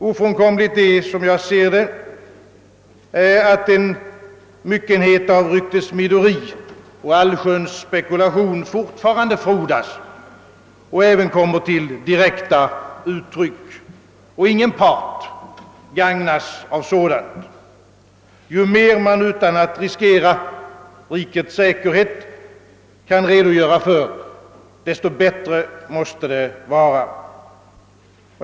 Ofrånkomligt är, såsom jag ser det, att en myckenhet av ryktessmideri och allsköns spekulationer fortfarande frodas och även kommer till direkta uttryck. Ingen part gagnas av sådant. Ju mera man kan redogöra för utan att riskera rikets säkerhet, desto bättre måste det vara.